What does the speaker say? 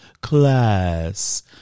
class